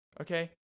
Okay